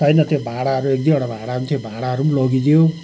छैन त्यो भाँडाहरू एक दुईवटा भाँडा पनि थियो भाँडाहरू पनि लगिदियो